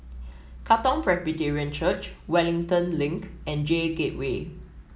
Katong Presbyterian Church Wellington Link and J Gateway